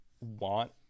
want